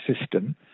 system